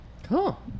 Cool